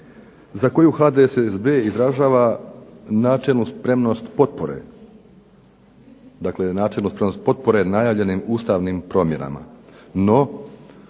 za koju HDSSB izražava načelnu spremnost potpore najavljenim ustavnim promjenama.